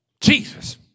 Jesus